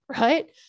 right